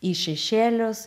į šešėlius